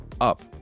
up